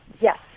Yes